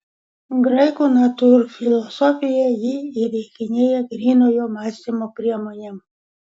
graikų natūrfilosofija jį įveikinėja grynojo mąstymo priemonėm